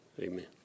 amen